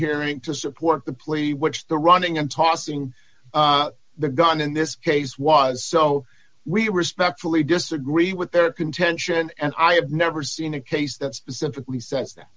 hearing to support the plea which they're running and tossing out the gun in this case was so we respectfully disagree with their contention and i have never seen a case that specifically says that